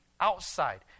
outside